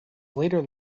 later